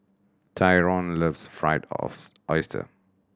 Tyrone loves fried oyster